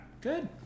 Good